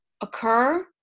occur